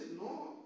no